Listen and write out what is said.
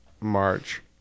March